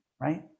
right